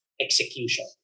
execution